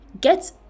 get